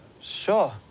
sure